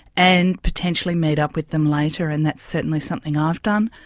and potentially meet up with them later, and that's certainly something i've done.